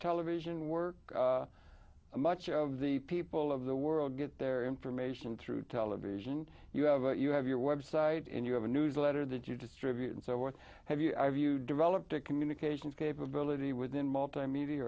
television work much of the people of the world get their information through television you have you have your website and you have a newsletter that you distribute and so what have you have you developed a communications capability within multimedia